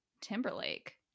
Timberlake